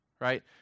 right